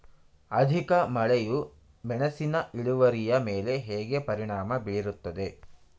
ಅಧಿಕ ಮಳೆಯು ಮೆಣಸಿನ ಇಳುವರಿಯ ಮೇಲೆ ಹೇಗೆ ಪರಿಣಾಮ ಬೀರುತ್ತದೆ?